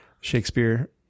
Shakespeare